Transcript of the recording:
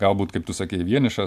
galbūt kaip tu sakei vienišas